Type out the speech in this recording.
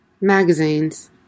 Magazines